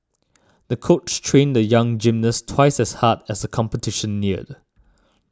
the coach trained the young gymnast twice as hard as the competition neared